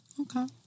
okay